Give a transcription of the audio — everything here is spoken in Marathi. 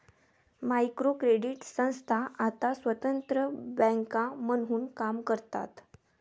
मायक्रो क्रेडिट संस्था आता स्वतंत्र बँका म्हणून काम करतात